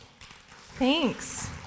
Thanks